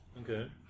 Okay